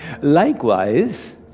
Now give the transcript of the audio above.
Likewise